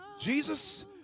Jesus